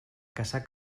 caçar